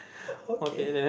oh okay